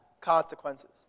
consequences